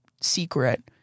secret